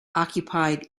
occupied